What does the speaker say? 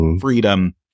freedom